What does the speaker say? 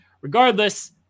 Regardless